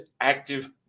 active